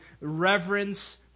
reverence